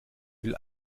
will